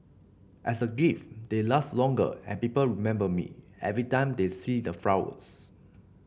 as a gift they last longer and people remember me every time they see the flowers